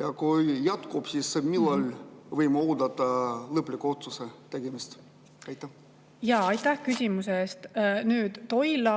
ja kui jätkub, siis millal võime oodata lõpliku otsuse tegemist? Aitäh küsimuse eest! Toila